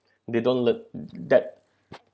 they don't le~ that